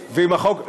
כל הזמן אותו צד שני.